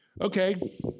Okay